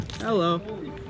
Hello